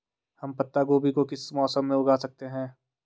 हम पत्ता गोभी को किस मौसम में उगा सकते हैं?